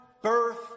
birth